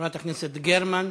חברת הכנסת גרמן,